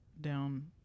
down